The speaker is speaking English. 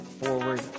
forward